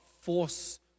force